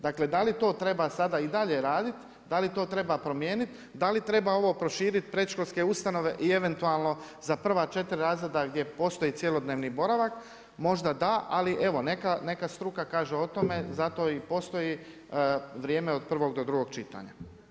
Dakle, da li to treba sada i dalje radit, da li to treba promijeniti, da li treba ovo proširit predškolske ustanove i eventualno za prva četiri razreda gdje postoji cjelodnevni boravak, možda da, ali evo neka struka kaže o tome, zato i postoji vrijeme od prvog do drugog čitanja.